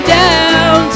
down